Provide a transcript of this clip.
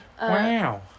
Wow